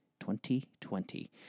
2020